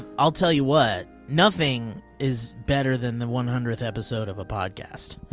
i'll tell you what. nothing is better than the one hundredth episode of a podcast.